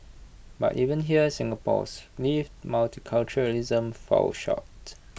but even here Singapore's lived multiculturalism falls short